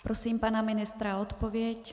Prosím pana ministra o odpověď.